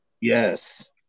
Yes